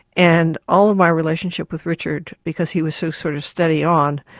and all of my relationship with richard, because he was so sort of steady on,